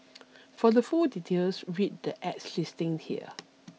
for the full details read the ad's listing here